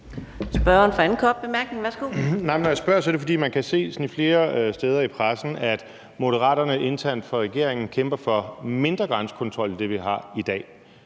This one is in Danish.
spørger, er det, fordi man kan se flere steder i pressen, at Moderaterne internt i regeringen kæmper for mindre grænsekontrol end det, vi har i dag.